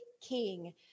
king